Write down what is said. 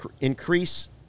increase